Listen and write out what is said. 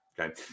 okay